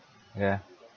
ya